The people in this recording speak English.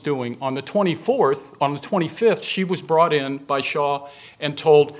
doing on the twenty fourth on the twenty fifth she was brought in by shaw and told